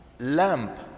lamp